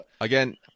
Again